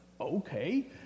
okay